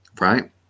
right